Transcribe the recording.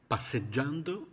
Passeggiando